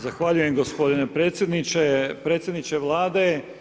Zahvaljujem gospodine predsjedniče, predsjedniče Vlade.